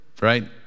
right